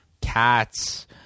cats